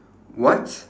what